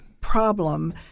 problem